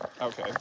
Okay